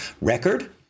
record